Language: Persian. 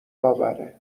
باوره